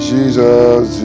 Jesus